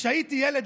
כשהייתי ילד,